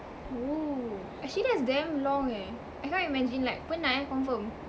oo actually that's damn long eh I can't imagine like penat eh confirm